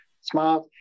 smart